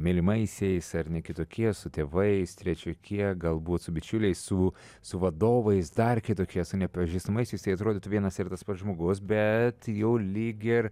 mylimaisiais ar ne kitokie su tėvais trečiokie galbūt su bičiuliais su su vadovais dar kitokie su nepažįstamaisiais tai atrodytų vienas ir tas pats žmogus bet jau lyg ir